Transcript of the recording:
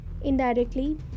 Indirectly